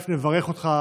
אני מברך אותך,